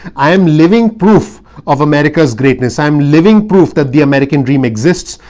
i am living proof of america's greatness, i'm living proof that the american dream exists.